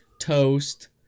toast